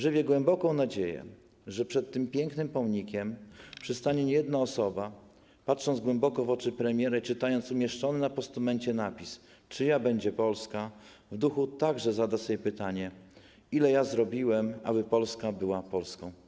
Żywię głęboką nadzieję, że przed tym pięknym pomnikiem przystanie niejedna osoba, patrząc głęboko w oczy premiera, i czytając umieszczony na postumencie napis: Czyja będzie Polska?, w duchu także sobie zada pytanie: Ile ja zrobiłem, aby Polska była Polską?